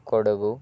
Kodagu